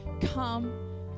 Come